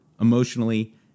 emotionally